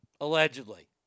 Allegedly